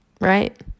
right